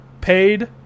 paid